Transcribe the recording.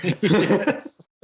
Yes